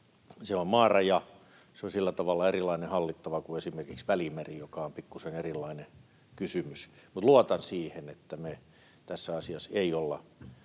Se on maaraja, se on sillä tavalla erilainen hallittava kuin esimerkiksi Välimeri, joka on pikkuisen erilainen kysymys. Mutta luotan siihen, että me tässä asiassa ei olla